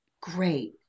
Great